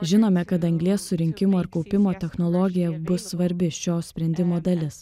žinome kad anglies surinkimo ir kaupimo technologija bus svarbi šio sprendimo dalis